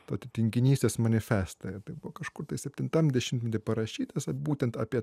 pat tinginystės manifestą ir tai buvo kažkur tai septintam dešimtmety parašytas vat būtent apie